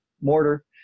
mortar